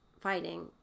fighting